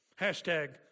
Hashtag